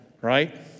right